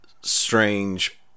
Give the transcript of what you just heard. strange